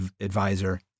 advisor